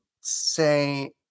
say